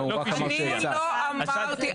אני לא אמרתי.